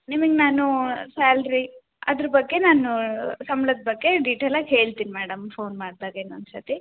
ನಿಮಿಗೆ ನಾನು ಸ್ಯಾಲ್ರಿ ಅದ್ರ ಬಗ್ಗೆ ನಾನು ಸಂಬ್ಳದ ಬಗ್ಗೆ ಡೀಟೇಲಾಗಿ ಹೇಳ್ತಿನಿ ಮೇಡಮ್ ಫೋನ್ ಮಾಡ್ದಾಗ ಇನ್ನೊಂದು ಸರ್ತಿ